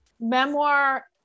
memoir